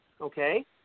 okay